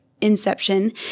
inception